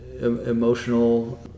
emotional